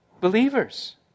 believers